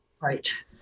right